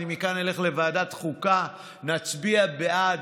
מכאן אני אלך לוועדת החוקה, נצביע בעד.